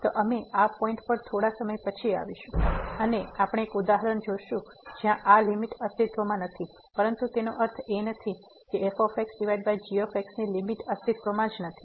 તો અમે આ પોઈન્ટ પર થોડા સમય પછી આવીશું અને આપણે એક ઉદાહરણ જોશું જ્યાં આ લીમીટ અસ્તિત્વમાં નથી પરંતુ તેનો અર્થ એ નથી કે f g ની લીમીટ અસ્તિત્વમાં નથી